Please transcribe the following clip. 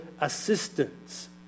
assistance